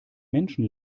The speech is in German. menschen